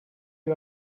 you